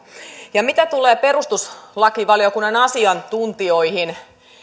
mitä tulee perustuslakivaliokunnan asiantuntijoihin